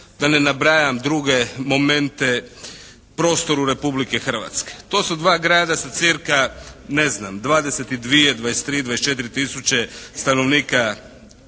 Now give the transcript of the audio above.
da ne nabrajam druge momente prostoru Republike Hrvatske. To su dva grada sa cirka ne znam 22, 23, 24 tisuće stanovnika. Svaki